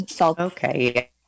Okay